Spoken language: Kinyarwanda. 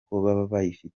muri